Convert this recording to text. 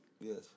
Yes